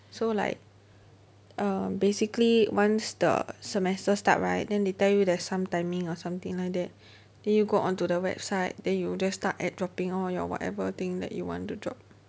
so like uh basically once the semester start right then they tell you some timing or something like that then you go onto the website then you just start add dropping all your whatever thing that you want to drop